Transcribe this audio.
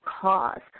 cause